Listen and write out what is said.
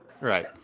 right